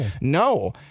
No